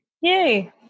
Yay